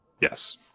yes